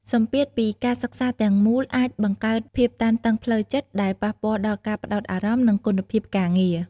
សម្ពាធពីការសិក្សាទាំងមូលអាចបង្កើតភាពតានតឹងផ្លូវចិត្ត ដែលប៉ះពាល់ដល់ការផ្តោតអារម្មណ៍ និងគុណភាពការងារ។